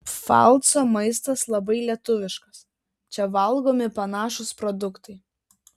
pfalco maistas labai lietuviškas čia valgomi panašūs produktai